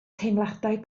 teimladau